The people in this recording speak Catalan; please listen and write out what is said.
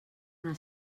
una